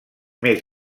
més